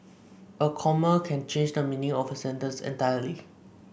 a comma can change the meaning of a sentence entirely